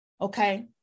Okay